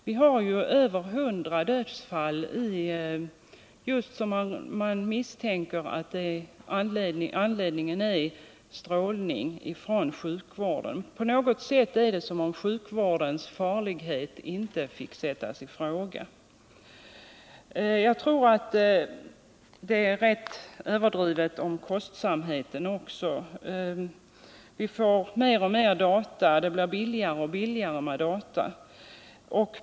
Det inträffar per år över 100 dödsfall där man misstänker att anledningen varit strålning från röntgenbehandling inom sjukvården, men på något sätt är det som om sjukvårdens farlighet inte fick sättas i fråga. Jag tror att kostnaderna är rätt överdrivna också. Vi får mer och mer data inom andra områden, och det blir billigare och billigare att använda dem.